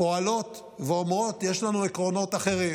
פועלות ואומרות: יש לנו עקרונות אחרים,